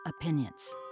opinions